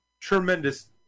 tremendous